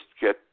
get